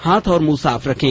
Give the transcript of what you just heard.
हाथ और मुंह साफ रखें